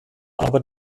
aber